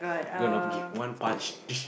gonna give one punch